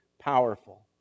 powerful